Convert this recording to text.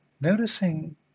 Noticing